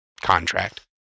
contract